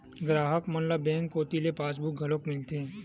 गराहक मन ल बेंक कोती ले पासबुक घलोक मिलथे